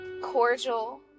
cordial